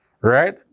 right